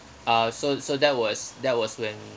uh so so that was that was when